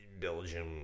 Belgium